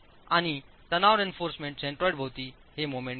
आणि तणाव reinforcement centroid भोवती हे मोमेंट घ्या